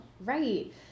Right